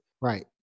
Right